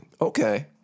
Okay